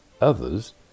others